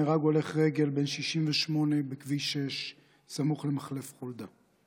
נהרג הולך רגל בן 68 בכביש 6 סמוך למחלף חולדה.